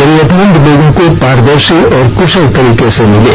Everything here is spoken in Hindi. जरूरतमंद लोगों को पारदर्शी और कुशल तरीके से मिलें